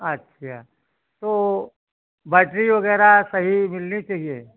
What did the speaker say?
अच्छा तो बैटरी वगैरह सही मिलनी चाहिए